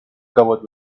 covered